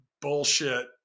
bullshit